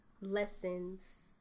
lessons